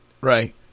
Right